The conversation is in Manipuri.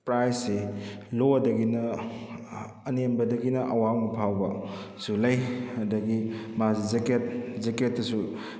ꯄ꯭ꯔꯥꯏꯁꯁꯦ ꯂꯣꯗꯒꯤꯅ ꯑꯅꯦꯝꯕꯗꯒꯤꯅ ꯑꯋꯥꯡꯐꯥꯎꯕꯁꯨ ꯂꯩ ꯑꯗꯨꯗꯒꯤ ꯃꯥꯁꯤ ꯖꯦꯛꯀꯦꯠ ꯖꯦꯛꯀꯦꯠꯇꯁꯨ